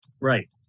Right